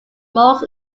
most